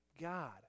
God